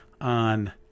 on